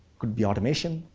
could be automation,